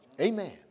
Amen